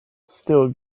still